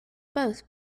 both